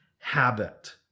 habit